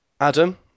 Adam